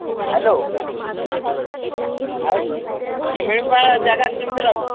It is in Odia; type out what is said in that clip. ହ୍ୟାଲୋ ଆଉ ଶି ଶିମିଳିପାଳ ଜାଗା କେମିତି ଲାଗୁଛି